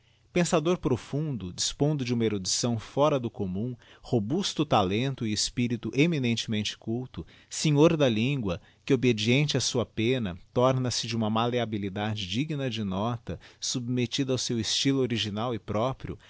pensador profundo dispondo de uma erudição fora do commum robusto talento e espirito eminentemente culto senhor da lingua que obediente á sua penna torna-se de uma maleabilidade digna de nota submettida ao seu estylo original e próprio